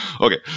okay